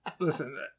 Listen